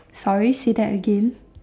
sorry say that again